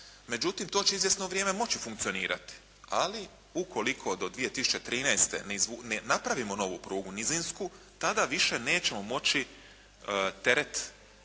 međutim to će izvjesno vrijeme moći funkcionirati, ali ukoliko do 2013. ne napravimo novu prugu nizinsku tada više nećemo moći teret iz